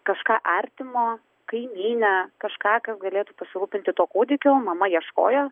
kažką artimo kaimynę kažką kas galėtų pasirūpinti to kūdikio mama ieškojo